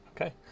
Okay